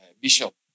Bishop